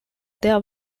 there